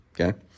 Okay